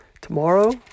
Tomorrow